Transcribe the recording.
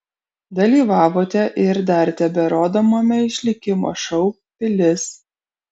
dalyvavote ir dar teberodomame išlikimo šou pilis